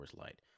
Light